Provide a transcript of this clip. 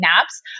naps